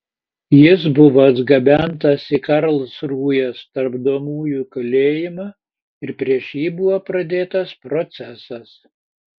jis buvo atgabentas į karlsrūhės tardomųjų kalėjimą ir prieš jį buvo pradėtas procesas